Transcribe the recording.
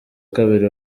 kabiri